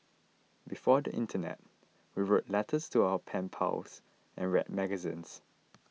before the internet we wrote letters to our pen pals and read magazines